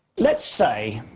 let's say,